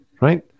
Right